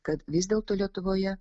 kad vis dėlto lietuvoje